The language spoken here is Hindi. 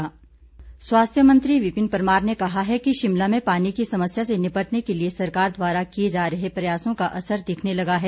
बयान स्वास्थ्य मंत्री विपिन परमार ने कहा है कि शिमला में पानी की समस्या से निपटने के लिए सरकार द्वारा किए जा रहे प्रयासों का असर दिखने लगा है